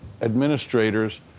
administrators